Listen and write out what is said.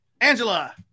Angela